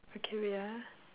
okay wait ah